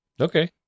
Okay